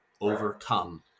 overcome